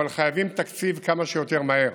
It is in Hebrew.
אבל חייבים תקציב כמה שיותר מהר,